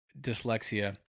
dyslexia